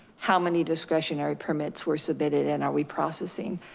how many discretionary permits were submitted and are we processing?